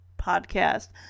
podcast